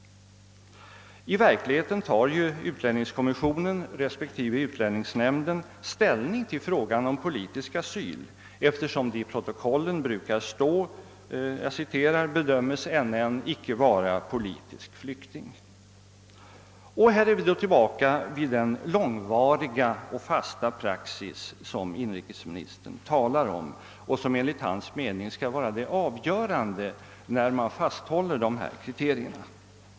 I verkligheten tar utlänningskommissionen respektive utlänningsnämnden ställning till frågan om politisk asyl, eftersom det i protokollen brukar stå »bedömes NN icke vara politisk flykting». Vi är då tillbaka vid den »långvariga och fasta pråxis» som inrikesministern talar om och som enligt hans mening skall vara det avgörande när man fasthåller "dessa kriterier.